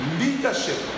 leadership